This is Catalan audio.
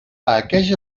aqueix